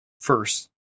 first